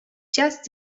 just